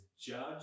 judge